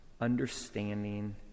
understanding